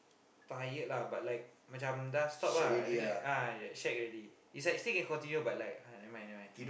tired lah but like macam just stop ah relax ah yet shag already is like still can continue but like ah never mind never mind